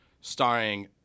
starring